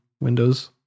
Windows